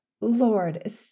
Lord